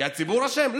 כי הציבור אשם?